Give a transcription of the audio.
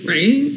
Right